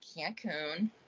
Cancun